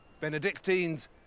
Benedictines